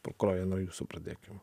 prokurore nuo jūsų pradėkim